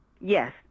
Yes